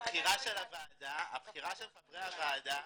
הבחירה של חברי הוועדה